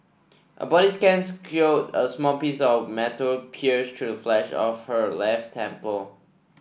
a body scans showed a small piece of metal pierced through the flesh of her left temple